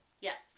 Yes